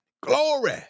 Glory